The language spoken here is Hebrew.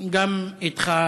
גם אתך,